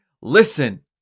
Listen